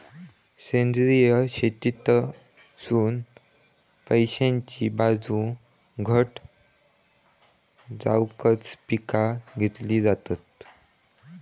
सेंद्रिय शेतीतसुन पैशाची बाजू घट जावकच पिका घेतली जातत